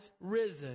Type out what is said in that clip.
risen